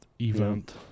event